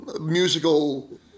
musical